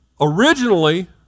originally